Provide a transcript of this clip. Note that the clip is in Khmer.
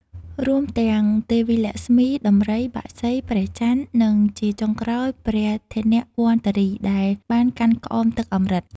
រួមទាំងទេវីលក្ស្មី ដំរី បក្សី ព្រះចន្ទ និងជាចុងក្រោយ ព្រះធនវន្តរី ដែលបានកាន់ក្អមទឹកអម្រឹត។